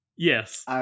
Yes